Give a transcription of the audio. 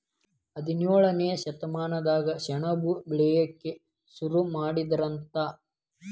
ಹದಿನೇಳನೇ ಶತಮಾನದಾಗ ಸೆಣಬ ಬೆಳಿಯಾಕ ಸುರು ಮಾಡಿದರಂತ